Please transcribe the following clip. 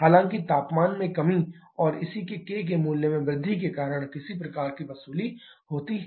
हालांकि तापमान में कमी और इसी के k के मूल्य में वृद्धि के कारण किसी प्रकार की वसूली होती है